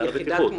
יחידת מודיעין?